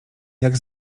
jak